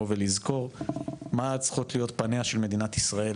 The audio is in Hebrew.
ולזכור מה צריכות להיות פניה של מדינת ישראל